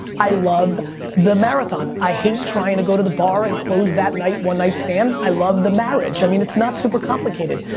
i love the marathon. i hate trying to go to the bar and close that night. one nightstand. i love the marriage. i mean, it's not super complicated.